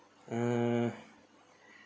uh